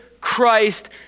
Christ